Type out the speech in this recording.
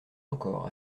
encore